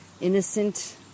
innocent